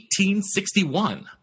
1861